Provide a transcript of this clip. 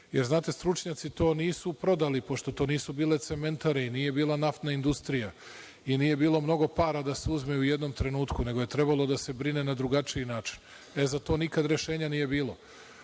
Jer, znate, stručnjaci to nisu prodali pošto to nisu bile cementare i nije bila naftna industrija i nije bilo mnogo para da se uzme u jednom trenutku, nego je trebalo da se brine na drugačiji način. E, za to nikad rešenja nije bilo,